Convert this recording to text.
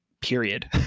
period